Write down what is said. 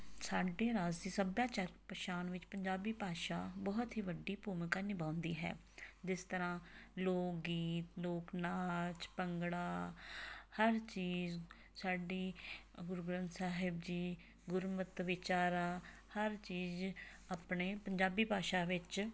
ਸਾਡੇ ਰਾਜਸੀ ਸੱਭਿਆਚਾਰਕ ਪਛਾਣ ਵਿੱਚ ਪੰਜਾਬੀ ਭਾਸ਼ਾ ਬਹੁਤ ਹੀ ਵੱਡੀ ਭੂਮਿਕਾ ਨਿਭਾਉਦੀ ਹੈ ਜਿਸ ਤਰ੍ਹਾਂ ਲੋਕ ਗੀਤ ਲੋਕ ਨਾਚ ਭੰਗੜਾ ਹਰ ਚੀਜ਼ ਸਾਡੀ ਗੁਰੂ ਗ੍ਰੰਥ ਸਾਹਿਬ ਜੀ ਗੁਰਮਤਿ ਵਿਚਾਰਾਂ ਹਰ ਚੀਜ਼ ਆਪਣੇ ਪੰਜਾਬੀ ਭਾਸ਼ਾ ਵਿੱਚ